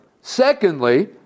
Secondly